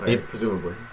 presumably